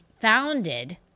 founded